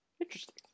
Interesting